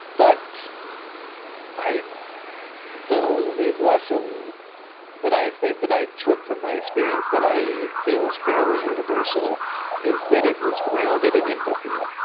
but i the only lesson that i think that i took from my experience that i feel is fairly universal is that it was grounded in empathy